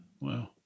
Wow